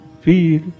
feel